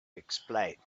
explain